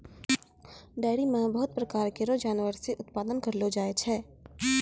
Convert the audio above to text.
dairy म बहुत प्रकार केरो जानवर से उत्पादन करलो जाय छै